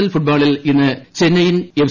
L ഫുട്ബാളിൽ ഇന്ന് Chennaiyin F